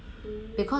mm